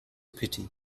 pity